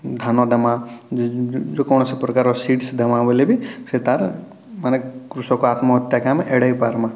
ଧାନ ଦେମାଁ ଯେକୌଣସି ପ୍ରକାର ସିଡ୍ସ ଦେମାଁ ବୋଇଲେ ବି ସେ ତାର ମାନେ କୃଷକ ଆତ୍ମହତ୍ୟା କାମ ଏଡ଼ାଇ ପାରମାଁ